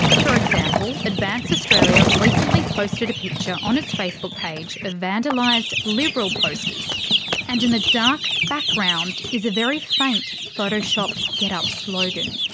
for example, advance australia recently posted a picture on its facebook page of vandalised liberal posters and in the dark background is a very faint, photoshopped getup slogan.